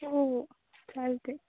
हो हो चालते